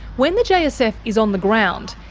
when the jsf is on the ground,